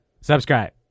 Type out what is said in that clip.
subscribe